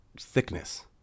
thickness